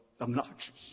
obnoxious